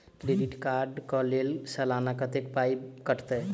Credit card कऽ लेल सलाना कत्तेक पाई कटतै?